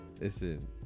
Listen